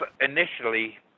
Initially